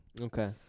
Okay